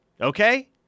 Okay